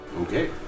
Okay